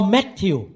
Matthew